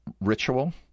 ritual